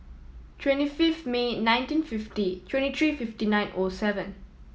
twenty fifth May nineteen fifty twenty three fifty nine O seven